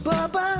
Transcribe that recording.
Bubba